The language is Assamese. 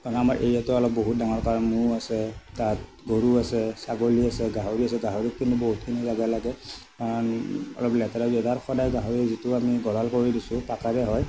কাৰণ আমাৰ এৰিয়াটো অলপ বহুত ডাঙৰ কাৰণ ম'হ আছে তাত গৰু আছে ছাগলী আছে গাহৰি আছে গাহৰিখিনিক বহুতখিনি জাগা লাগে অলপ লেতেৰা জাগাৰ সদায় গাহৰিৰ যিটো আমি গৰাঁল আছে কৰি দিছোঁ পকাৰে হয়